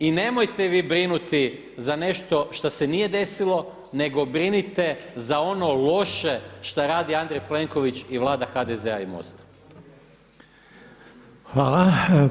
I nemojte vi brinuti za nešto šta se nije desilo nego brinite za ono loše šta radi Andrej Plenković i Vlada HDZ-a i MOST-a.